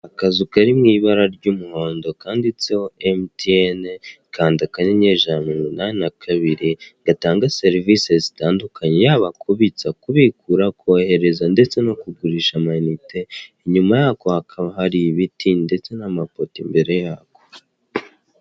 Akazu kari mu ibara ry'umuhondo kanditseho emutiyene, kanda akanyenyeri ijana na mirongo inani na kabiri. Gatanga serivise zitandukanye yaba kubitsa, kubikura, kohereza ndetse no kugurisha ama inite. Inyuma yako hakaba hari ibiti ndetse n'amapoto imbere yako.